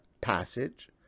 passage